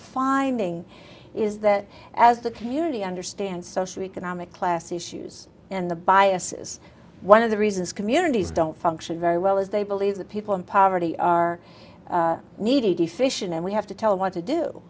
finding is that as the community understands social economic class issues in the biases one of the reasons communities don't function very well as they believe that people in poverty are needy deficient and we have to tell what to do